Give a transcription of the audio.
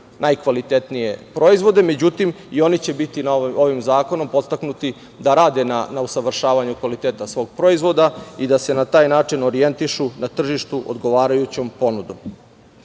najkvalitetnije proizvode, međutim i oni će biti ovim zakonom podstaknuti da rade na usavršavanju kvaliteta svog proizvoda i da se na taj način orijentišu na tržištu odgovarajućom ponudom. Ovaj